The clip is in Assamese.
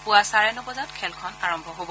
পুৱা চাৰে ন বজাত খেলখন আৰম্ভ হ'ব